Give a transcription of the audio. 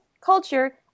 culture